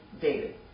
David